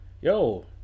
Yo